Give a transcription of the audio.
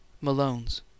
Malone's